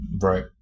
Right